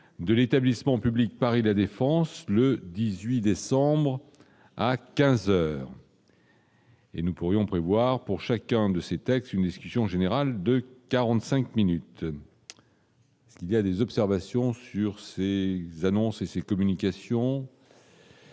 de l'établissement public Paris La Défense le 18 décembre à 15 heures. Et nous pourrions prévoir pour chacun de ces textes une discussion générale de 45 minutes. Qu'il y a des observations sur ces annonces et ces communications.